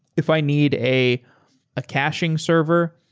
if i need a caching server,